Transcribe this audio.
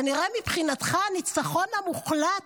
כנראה מבחינתך הניצחון המוחלט